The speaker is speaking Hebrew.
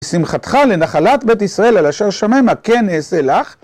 שמחתך לנחלת בית ישראל, על אשר שמה כן אעשה לך.